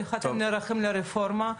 איך אתם נערכים לרפורמה?